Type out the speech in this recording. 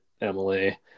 Emily